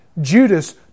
Judas